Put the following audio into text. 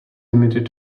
limited